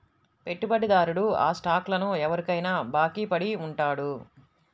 పెట్టుబడిదారుడు ఆ స్టాక్లను ఎవరికైనా బాకీ పడి ఉంటాడు